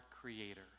Creator